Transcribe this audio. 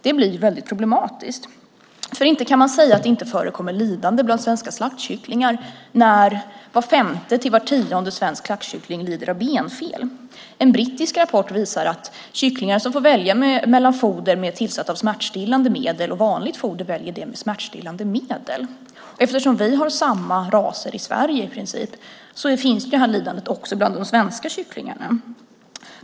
Det blir väldigt problematiskt. Man kan inte säga att det inte förekommer lidande bland svenska slaktkycklingar när var femte till var tionde svensk slaktkyckling lider av benfel. En brittisk rapport visar att kycklingar som får välja mellan foder med tillsats av smärtstillande medel och vanligt foder väljer det med smärtstillande medel. Eftersom vi har i princip samma raser i Sverige finns det här lidandet också bland de svenska kycklingarna.